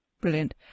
Brilliant